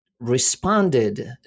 responded